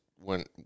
went